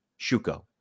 Shuko